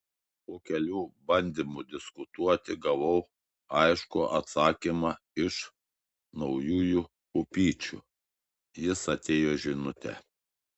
po kelių bandymų diskutuoti gavau aiškų atsakymą iš naujųjų pupyčių jis atėjo žinute